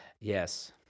Yes